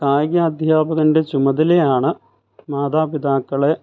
കായിക അധ്യാപകൻ്റെ ചുമതലയാണ് മാതാപിതാക്കളെ